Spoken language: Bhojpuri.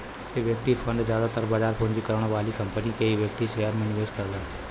इक्विटी फंड जादातर बाजार पूंजीकरण वाली कंपनी के इक्विटी शेयर में निवेश करलन